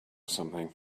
something